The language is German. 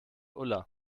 ulla